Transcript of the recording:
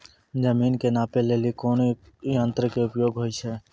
जमीन के नापै लेली कोन यंत्र के उपयोग होय छै?